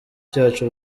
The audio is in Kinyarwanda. cyacu